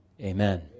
amen